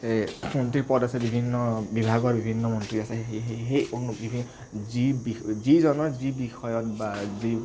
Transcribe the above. মন্ত্ৰী পদ আছে বিভিন্ন বিভাগৰ বিভিন্ন মন্ত্ৰী আছে সেই বিভিন্ন যি জনৰ যি বিষয়ত বা যি